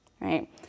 right